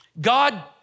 God